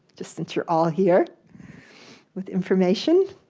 just since you're all here with information.